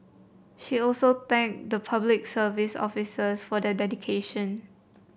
she also thanked the Public Service officers for their dedication